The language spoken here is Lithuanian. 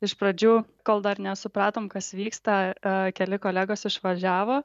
iš pradžių kol dar nesupratom kas vyksta keli kolegos išvažiavo